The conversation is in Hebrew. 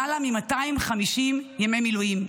למעלה מ-250 ימי מילואים.